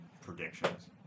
predictions